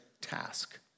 task